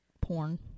porn